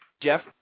Jeff